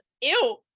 ew